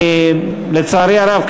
לצערי הרב,